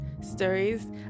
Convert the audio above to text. stories